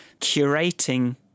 curating